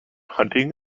hunting